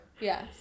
Yes